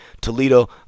toledo